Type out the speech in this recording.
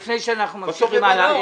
לפני שאנחנו ממשיכים הלאה,